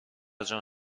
جان